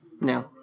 No